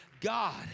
God